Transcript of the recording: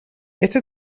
este